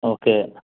okay